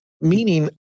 Meaning